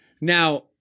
Now